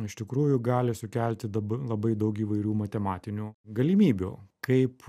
iš tikrųjų gali sukelti dab labai daug įvairių matematinių galimybių kaip